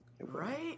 Right